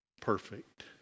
perfect